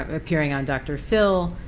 appearing on doctor phil.